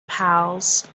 pals